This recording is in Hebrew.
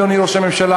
אדוני ראש הממשלה,